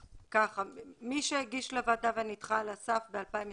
מי שהגיש לוועדה ונדחה על הסעף ב-2021,